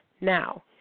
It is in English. Now